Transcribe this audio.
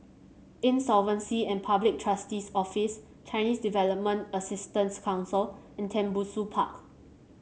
Insolvency and Public Trustee's Office Chinese Development Assistance Council and Tembusu Park